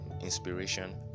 inspiration